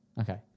Okay